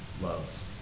loves